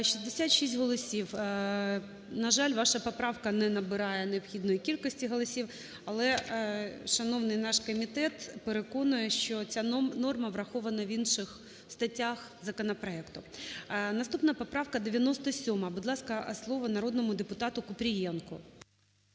66 голосів. На жаль, ваша поправка не набирає необхідної кількості голосів, але шановний наш комітет переконує, що ця норма врахована в інших статтях законопроекту. Наступна поправка 97. Будь ласка, слово народному депутатуКупрієнку.